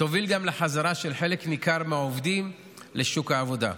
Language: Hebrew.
תוביל גם לחזרה של חלק ניכר מהעובדים לשוק העבודה.